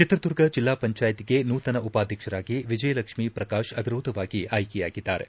ಚಿತ್ರದುರ್ಗ ಜಿಲ್ಲಾ ಪಂಚಾಯತಿಗೆ ನೂತನ ಉಪಾಧ್ವಕ್ಷರಾಗಿ ವಿಜಯಲಕ್ಷ್ಮೀ ಪ್ರಕಾಶ್ ಅವಿರೋಧವಾಗಿ ಆಯ್ಲೆಯಾಗಿದ್ದಾರೆ